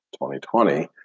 2020